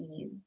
ease